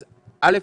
אז, א',